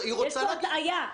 יש פה הטעיה.